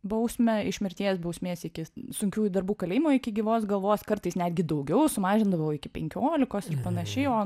bausmę iš mirties bausmės iki sunkiųjų darbų kalėjimo iki gyvos galvos kartais netgi daugiau sumažindavo iki penkiolikos ir panašiai o